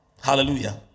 Hallelujah